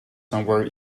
somewhere